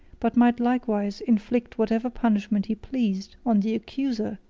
but might likewise inflict whatever punishment he pleased on the accuser,